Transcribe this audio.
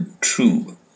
true